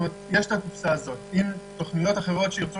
יש את הקופסה הזאת עם תוכניות אחרות שיוכלו